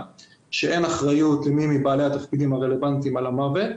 שאין אחריות למי מבעלי התפקידים הרלוונטיים על המוות,